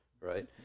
right